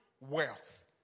Wealth